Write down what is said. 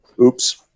Oops